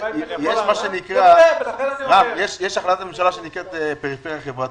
יש החלטת ממשלה שנקראת פריפריה חברתית.